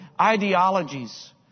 ideologies